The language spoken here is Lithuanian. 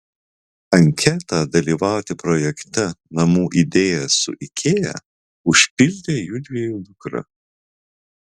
anketą dalyvauti projekte namų idėja su ikea užpildė judviejų dukra